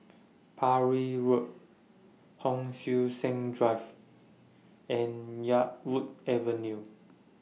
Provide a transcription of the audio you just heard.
Parry Road Hon Sui Sen Drive and Yarwood Avenue